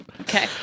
Okay